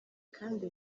kandi